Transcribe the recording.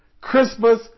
Christmas